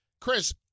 Chris